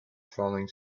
falling